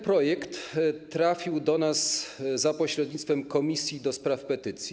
Projekt trafił do nas za pośrednictwem Komisji do Spraw Petycji.